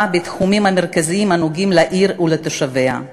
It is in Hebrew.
בתחומים המרכזיים הנוגעים בעיר ובתושביה.